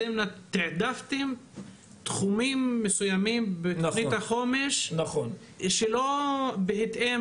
נתתם העדפה לתחומים מסוימים בתוכנית החומש שלא בהתאם